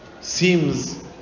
seems